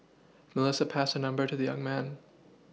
Melissa passed her number to the young man